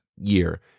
year